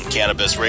Cannabis